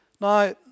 Now